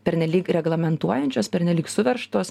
pernelyg reglamentuojančios pernelyg suveržtos